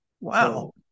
wow